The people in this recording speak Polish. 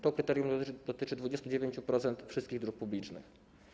To kryterium dotyczy 29% wszystkich dróg publicznych.